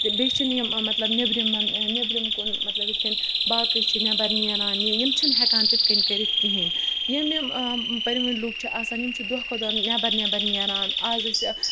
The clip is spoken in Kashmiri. تہٕ بیٚیہِ چھِنہٕ یِم مطلب نیٚبرِمٮ۪ن نیٚبرِم کُن مطلب یِتھ کٔنۍ باقٕے چھِ نیٚبَر نیران یا یِم چھِنہٕ ہٮ۪کان تِتھ کٔنۍ کٔرِتھ کِہیٖنۍ یِم یِم پٔرۍوٕنۍ لُکھ چھِ آسَن یِم چھِ دۄہ کھۄتہٕ دۄہ نیٚبَر نیٚبَر نیران اَز ٲسۍ